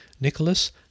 Nicholas